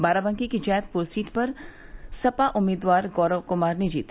बाराबंकी की जैदपुर सीट सपा उम्मीदवार गौरव कुमार ने जीती